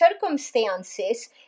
circumstances